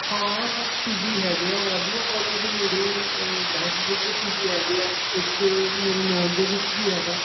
ਹਾਂ P G ਹੈਗੇ ਆ ਵਾਧੂ ਆ ਕਾਲਜ ਦੇ ਨੇੜੇ ਹੈ ਬਹੁਤ ਵਧੀਆ ਪੀ ਜੀ ਹੈਗੇ ਆ ਇੱਕ ਮੇਰੇ ਨੋਨ ਦੇ ਵਿੱਚ ਵੀ ਹੈਗਾ